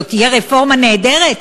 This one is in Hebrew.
שזאת תהיה רפורמה נהדרת,